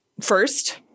first